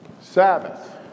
Sabbath